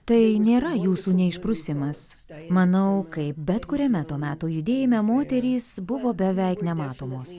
tai nėra jūsų neišprusimas manau kaip bet kuriame to meto judėjime moterys buvo beveik nematomos